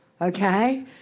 Okay